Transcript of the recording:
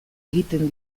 egiten